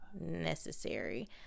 necessary